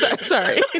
Sorry